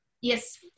Yes